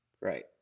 Right